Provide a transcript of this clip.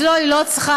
אז לא, היא לא צריכה.